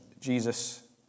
Jesus